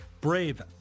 Brave